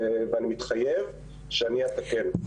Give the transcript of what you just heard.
ואני מתחייב שאני אתקן.